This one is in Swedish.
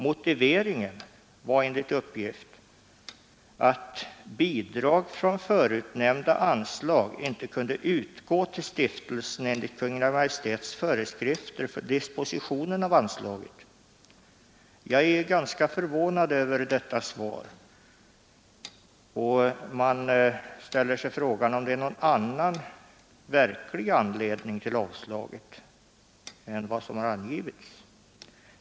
Motiveringen för avslaget var enligt uppgift att bidrag från nämnda anslag inte kunde utgå till stiftelsen enligt Kungl. Maj:ts föreskrifter för dispositionen av anslaget. Jag är förvånad över detta svar, och jag ställer frågan om det finns en annan och mera verklig anledning till avslaget än vad som angivits.